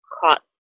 caught